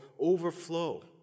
overflow